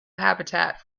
habitat